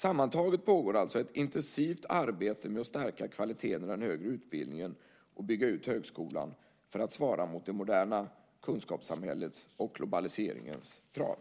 Sammantaget pågår alltså ett intensivt arbete med att stärka kvaliteten i den högre utbildningen och bygga ut högskolan för att svara mot det moderna kunskapssamhällets och globaliseringens krav.